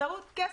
באמצעות כסף.